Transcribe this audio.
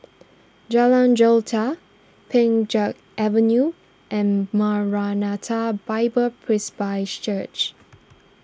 Jalan Jelita Pheng Geck Avenue and Maranatha Bible Presby Church